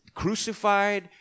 crucified